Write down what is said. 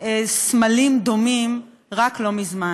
לסמלים דומים רק לא מזמן,